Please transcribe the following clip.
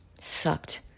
sucked